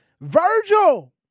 Virgil